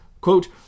quote